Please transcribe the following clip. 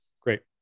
great